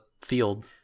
field